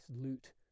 loot